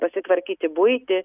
pasitvarkyti buitį